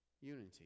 unity